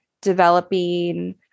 developing